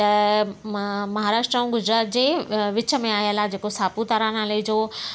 त मां महाराष्ट्र ऐं गुजरात जे विच में आयल आहे जेको सापूतारा नाले जो